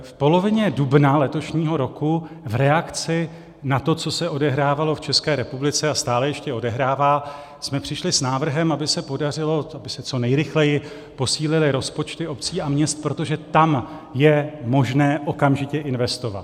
V polovině dubna letošního roku v reakci na to, co se odehrávalo v České republice a stále ještě odehrává, jsme přišli s návrhem, aby se podařilo, aby se co nejrychleji posílily rozpočty obcí a měst, protože tam je možné okamžitě investovat.